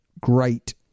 great